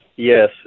Yes